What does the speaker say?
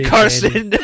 Carson